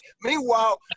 Meanwhile